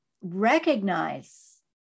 recognize